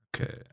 Okay